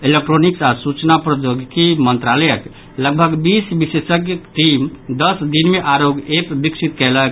electronics आ सूचना प्रौद्योगिकी मंत्रालयक लगभग बीस विशेषज्ञक टीम दस दिन मे आरोग्य ऐप विकसित कयलक